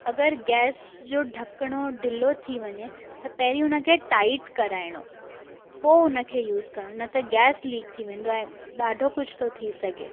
अगरि गैस जो ढकिणो ढीलो थी वञे त पहिरियों हुन खे टाइट कराइणो पोइ हुन खे यूस करिणो न त गैस लीक थी वेंदो ऐं ॾाढो कुझु थो थी सघे